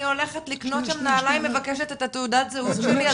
הולכת לקנות שם נעליים מבקשת את תעודת הזהות שלי,